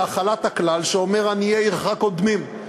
החלת הכלל שאומר "עניי עירך קודמים".